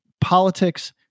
politics